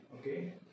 Okay